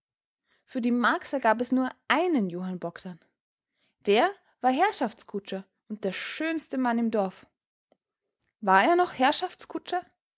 für die marcsa gab es nur einen johann bogdn der war herrschaftskutscher und der schönste mann im dorf war er noch